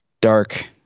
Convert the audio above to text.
dark